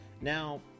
Now